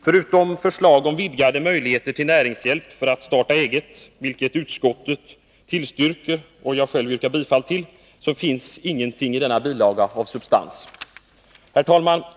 Förutom förslag om vidgade möjligheter till näringshjälp för att starta eget, vilket utskottet tillstyrker och jag själv yrkar bifall till, finns ingenting av substans i denna bilaga. Herr talman!